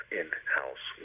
in-house